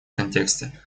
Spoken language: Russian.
контексте